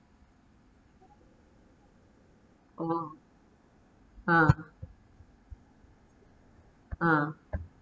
oh ha ha